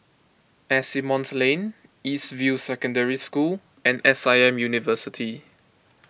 Asimont Lane East View Secondary School and S I M University